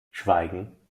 schweigen